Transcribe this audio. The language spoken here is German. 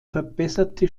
verbesserte